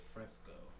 Fresco